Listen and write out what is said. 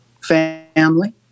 family